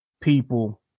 people